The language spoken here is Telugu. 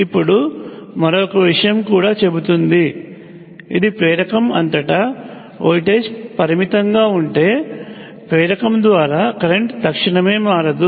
ఇప్పుడు ఇది మరొక విషయం కూడా చెబుతుంది ఇది ప్రేరకం అంతటా వోల్టేజ్ పరిమితంగా ఉంటే ప్రేరకం ద్వారా కరెంట్ తక్షణమే మారదు